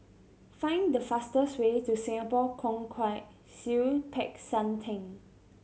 find fastest way to Singapore Kwong Wai Siew Peck San Theng